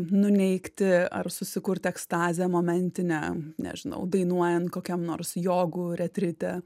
nuneigti ar susikurti ekstazę momentinę nežinau dainuojant kokiam nors jogų retrite